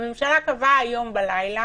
הממשלה קבעה היום בלילה